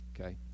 okay